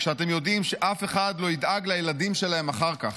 כשאתם יודעים שאף אחד לא ידאג לילדים שלהם אחר כך?